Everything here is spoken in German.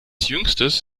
jüngstes